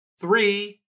three